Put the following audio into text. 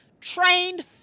Trained